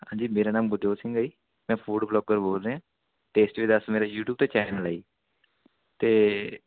ਹਾਂਜੀ ਮੇਰਾ ਨਾਮ ਗੁਰਜੋਤ ਸਿੰਘ ਹੈ ਜੀ ਮੈਂ ਫੂਡ ਬਲੋਗਰ ਬੋਲ ਰਿਹਾ ਟੇਸਟੀ ਡੈਸ ਮੇਰਾ ਯੂਟਿਊਬ 'ਤੇ ਚੈਨਲ ਹੈ ਜੀ ਅਤੇ